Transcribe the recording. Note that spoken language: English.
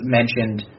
mentioned